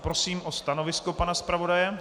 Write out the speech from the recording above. Prosím o stanovisko pana zpravodaje.